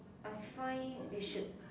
I find they should